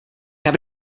habe